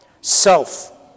Self